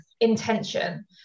intention